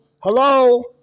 hello